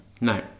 No